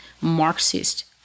Marxist